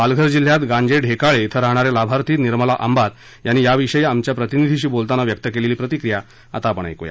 पालघर जिल्ह्यात गांजे ढेकाळे क्रि राहणा या लाभार्थी निर्मला आंबात यांनी याविषयी आमच्या प्रतिनिधीशी बोलताना व्यक्त केलेली प्रतिक्रिया आता आपण ऐकूया